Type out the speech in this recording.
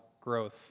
growth